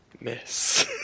Miss